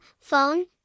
phone